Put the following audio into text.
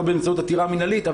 לא באמצעות עתירה מנהלית,